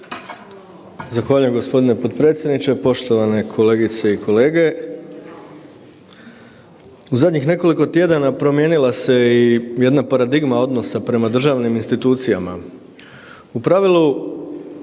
Zahvaljujem gospodine potpredsjedniče. Poštovane kolegice i kolege, u zadnjih nekoliko tjedana promijenila se jedna paradigma odnosa prema državnim institucijama. U pravilu